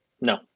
no